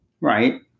right